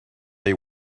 they